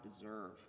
deserve